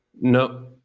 No